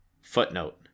Footnote